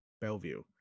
Bellevue